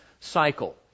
cycle